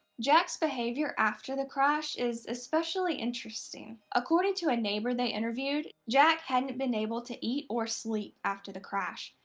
jack's behavior after the crash is especially interesting. according to a neighbor they inerviewd, jack hadn't been able to eat or sleep after the crash,